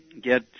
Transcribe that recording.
get